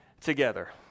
together